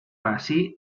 así